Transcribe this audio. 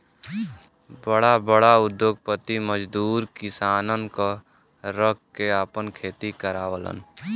बड़ा बड़ा उद्योगपति मजदूर किसानन क रख के आपन खेती करावलन